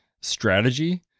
strategy